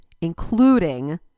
including